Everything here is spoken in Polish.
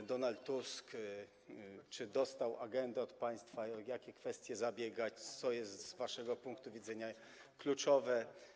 Czy Donald Tusk dostał agendę od państwa, o jakie kwestie zabiegać, co jest z waszego punktu widzenia kluczowe?